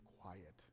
quiet